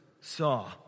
saw